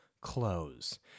close